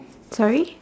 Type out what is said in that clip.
sorry